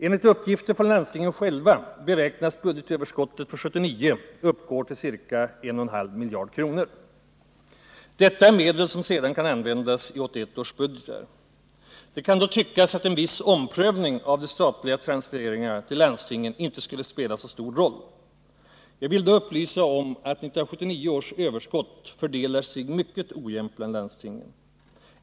Enligt uppgifter från landstingen själva beräknas budgetöverskottet för 1979 uppgå till ca 1,5 miljarder kronor. Detta är medel som sedan kan användas i 1981 års budgetar. Det kan då tyckas att en viss omprövning av de statliga transfereringarna till landstingen inte skulle spela så stor roll. Jag vill då upplysa om att 1979 års överskott fördelar sig mycket ojämnt bland landstingen.